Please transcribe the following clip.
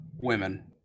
women